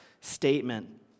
statement